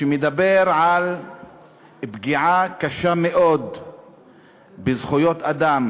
שמדבר על פגיעה קשה מאוד בזכויות אדם,